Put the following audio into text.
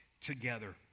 together